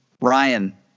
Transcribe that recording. Ryan